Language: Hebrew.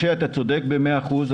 משה, אתה צודק במאה אחוז.